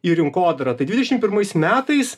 į rinkodarą tai dvidešimt pirmais metais